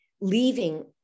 leaving